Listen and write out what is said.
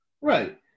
right